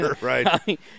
right